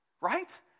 right